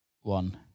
one